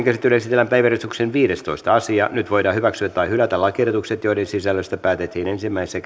käsittelyyn esitellään päiväjärjestyksen viidestoista asia nyt voidaan hyväksyä tai hylätä lakiehdotukset joiden sisällöstä päätettiin ensimmäisessä